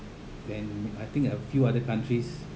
and I think a few other countries